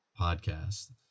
podcast